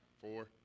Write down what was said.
Four